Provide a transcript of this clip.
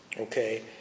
Okay